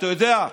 אתה יודע,